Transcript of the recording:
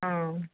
ಹ್ಞೂ